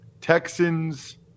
Texans –